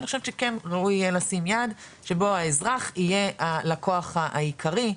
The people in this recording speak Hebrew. אני חושבת שכן ראוי לשים יד שבו האזרח יהיה הלקוח העיקרי,